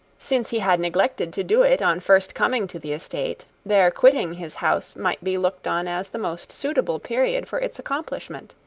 since he had neglected to do it on first coming to the estate, their quitting his house might be looked on as the most suitable period for its accomplishment.